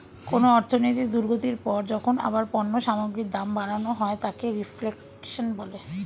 কোনো অর্থনৈতিক দুর্গতির পর যখন আবার পণ্য সামগ্রীর দাম বাড়ানো হয় তাকে রিফ্লেশন বলে